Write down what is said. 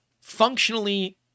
functionally